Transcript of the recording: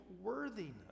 worthiness